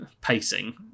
pacing